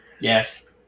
yes